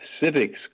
civics